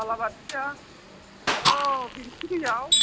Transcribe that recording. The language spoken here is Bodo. बालाबाथिया औ बेंसि दैआव